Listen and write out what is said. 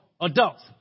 adults